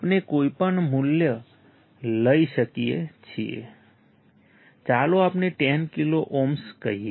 આપણે કોઈ પણ મૂલ્ય લઈ શકીએ છીએ ચાલો આપણે 10 કિલો ઓહમ કહીએ